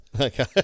Okay